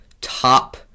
top